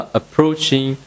approaching